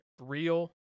real